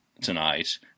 tonight